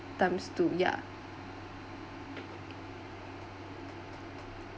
to yeah